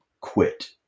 quit